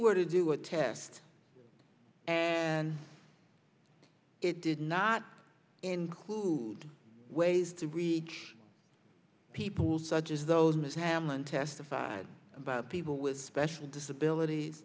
were to do a test and it did not include ways to reach people such as those mr hammond testified about people with special disabilit